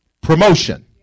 promotion